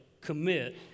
commit